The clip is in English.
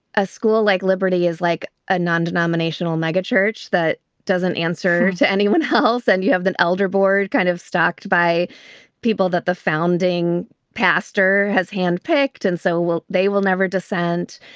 a school like liberty is like a nondenominational mega-church. that doesn't answer to anyone else. and you have an elder board kind of stocked by people that the founding pastor has handpicked and so, well, they will never descend.